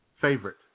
favorite